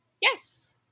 Yes